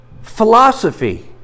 philosophy